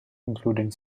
including